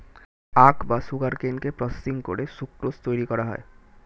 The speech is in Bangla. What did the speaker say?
আখ বা সুগারকেনকে প্রসেসিং করে সুক্রোজ তৈরি করা হয়